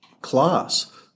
class